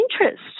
interest